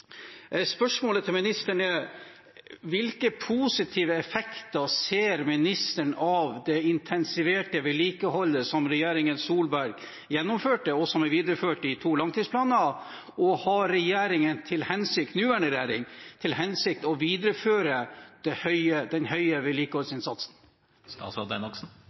Spørsmålet til statsråden er: Hvilke positive effekter ser statsråden av det intensiverte vedlikeholdet som regjeringen Solberg gjennomførte, og som er videreført i to langtidsplaner? Har nåværende regjering til hensikt å videreføre den høye vedlikeholdsinnsatsen?